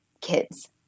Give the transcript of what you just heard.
kids